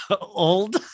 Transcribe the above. Old